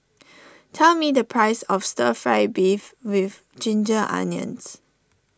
tell me the price of Stir Fry Beef with Ginger Onions